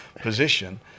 position